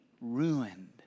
ruined